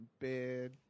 bed